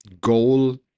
goal